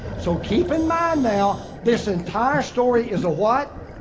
so keep in mind now, this entire story is a what?